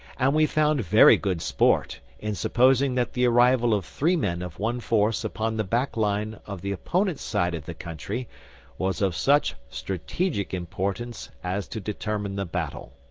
and we found very good sport in supposing that the arrival of three men of one force upon the back line of the opponent's side of the country was of such strategic importance as to determine the battle.